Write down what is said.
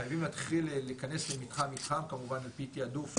חייבים להתחיל להיכנס למתחם מתחם וכמובן תיעדוף --- רגע,